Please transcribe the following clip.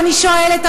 ואני שואלת,